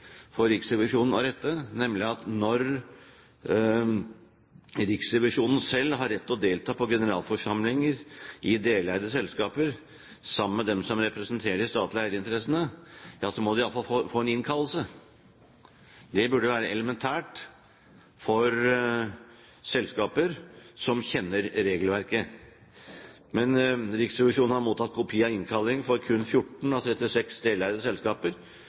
for Riksrevisjonen å rette. Når Riksrevisjonen selv har rett til å delta på generalforsamlinger i deleide selskaper sammen med dem som representerer de statlige eierinteressene, må de i hvert fall få en innkallelse. Det burde være elementært for selskaper som kjenner regelverket. Men Riksrevisjonen har mottatt kopi av innkalling for kun 14 av 36 deleide selskaper